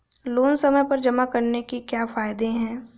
Loan समय पर जमा कराने के क्या फायदे हैं?